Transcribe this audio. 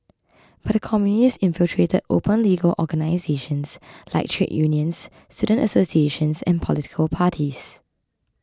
but the Communists infiltrated open legal organisations like trade unions student associations and political parties